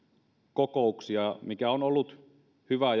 kokouksia mikä on ollut hyvä